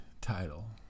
Title